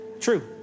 true